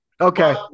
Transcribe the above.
Okay